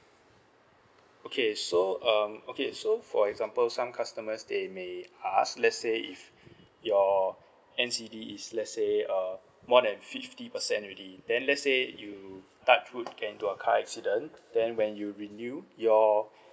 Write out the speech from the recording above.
okay so um okay so for example some customers they may ask let's say if your N_C_D is let's say um more than fifty percent already then let's say you touch wood get into a car accident then when you renew your